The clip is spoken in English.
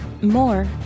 More